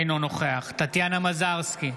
אינו נוכח טטיאנה מזרסקי,